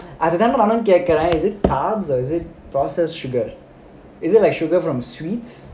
அது தான்டா நானும் கேட்க்குறேன்:adhu thaandaa naanum kekkuraen is it carbohydrates or is it processed sugar is it like sugar from sweets